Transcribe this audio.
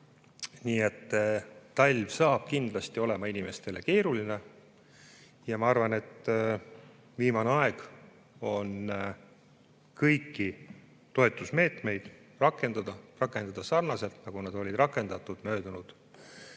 Nii et talv saab kindlasti olema inimestele keeruline. Ma arvan, et viimane aeg on kõiki toetusmeetmeid rakendada, ja rakendada sarnaselt, nagu need olid rakendatud möödunud